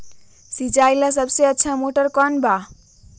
सिंचाई ला सबसे अच्छा मोटर कौन बा?